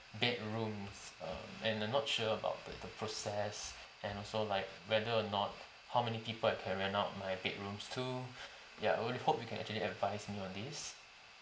bedrooms uh and I'm not sure about the the process and also like whether or not how many people rent out my bedrooms to ya I only hope you can actually advise me on this